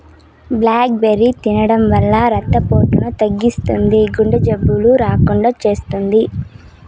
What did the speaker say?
blueberry తినడం వల్ల రక్త పోటును తగ్గిస్తుంది, గుండె జబ్బులు రాకుండా చేస్తాది